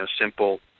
simple